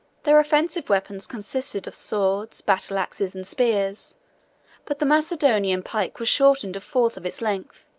their offensive weapons consisted of swords, battle-axes, and spears but the macedonian pike was shortened a fourth of its length,